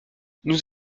nous